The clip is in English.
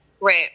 Right